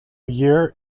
year